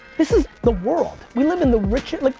this is the world, we live in the richest, like